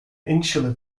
insular